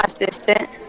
assistant